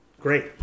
great